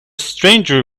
stranger